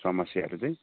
समस्याहरू चाहिँ